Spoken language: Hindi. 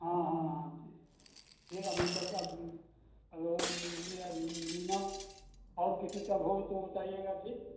हाँ हाँ हाँ ठीक एक अभी तक अब अरे ओ बीमा और किसी का हो तो बताइएगा ठीक